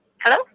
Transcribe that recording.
hello